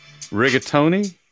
rigatoni